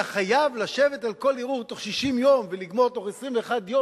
אתה חייב לשבת על כל ערעור בתוך 60 יום ולגמור בתוך 21 יום,